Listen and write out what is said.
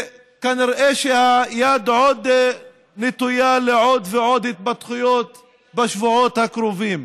וכנראה שהיד עוד נטויה לעוד ועוד התפתחויות בשבועות הקרובים,